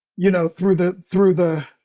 you know, through the, through the